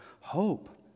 hope